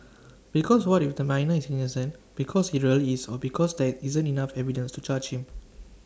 because what if the minor is innocent because he really is or because there isn't enough evidence to charge him